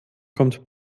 kommt